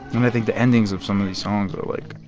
and i think the endings of some of these songs are, like,